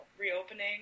reopening